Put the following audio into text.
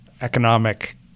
economic